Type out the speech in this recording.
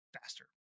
faster